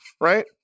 right